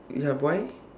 ya why